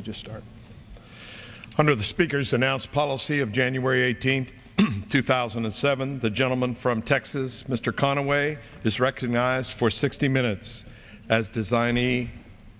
just under the speaker's announced policy of january eighteenth two thousand and seven the gentleman from texas mr conaway is recognized for sixty minutes as design any